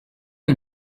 une